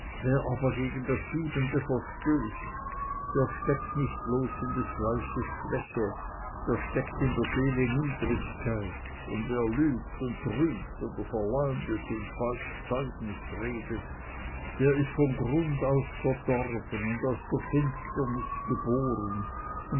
aber gegen das siebente verstößt der steckt nicht bloß in des fleisches schwäche der steckt in der seele niedrigkeit und wer lügt und trügt oder verleumdet und falsch zeugnis redet der ist von grund aus verdorben und aus der finsternis geboren